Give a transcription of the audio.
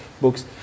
books